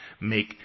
make